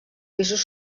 pisos